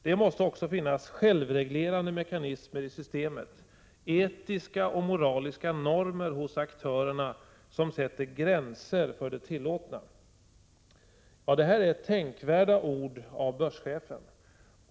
Det måste också finnas självreglerande mekanismer i systemet, etiska och moraliska normer hos aktörerna som sätter gränser för det tillåtna.” Det är tänkvärda ord av börschefen.